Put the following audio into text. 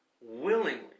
willingly